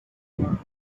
cover